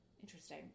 Interesting